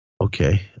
Okay